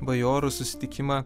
bajorų susitikimą